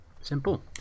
simple